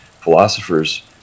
philosophers